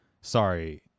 sorry